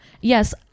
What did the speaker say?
yes